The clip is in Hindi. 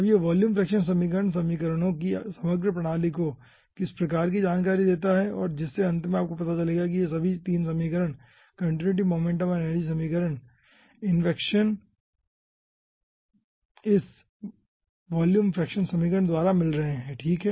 अब यह वॉल्यूम फ्रैक्शन समीकरण समीकरणों की समग्र प्रणाली को किसी प्रकार की जानकारी देता है और जिससे अंत में आपको पता चलेगा कि ये सभी तीन समीकरण कंटीन्यूटी मोमेंटम और एनर्जी इक्वेशन इस वॉल्यूम फ्रैक्शन समीकरण द्वारा मिल रहे है ठीक है